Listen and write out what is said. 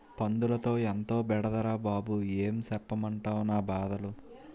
పందులతో ఎంతో బెడదరా బాబూ ఏం సెప్పమంటవ్ నా బాధలు